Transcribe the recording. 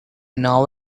know